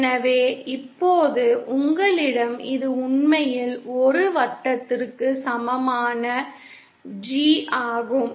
எனவே இப்போது உங்களிடம் இது உண்மையில் 1 வட்டத்திற்கு சமமான G ஆகும்